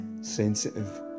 sensitive